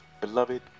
Beloved